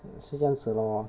是这样子 lor